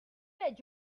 made